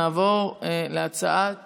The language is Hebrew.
נעבור להצעת